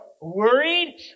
worried